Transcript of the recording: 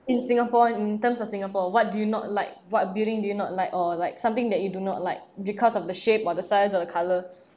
in singapore in terms of singapore what do you not like what building do you not like or like something that you do not like because of the shape while the size or the colour